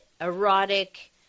erotic